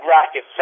Rocket